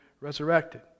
resurrected